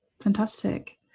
Fantastic